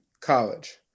college